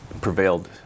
prevailed